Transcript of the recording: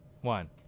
one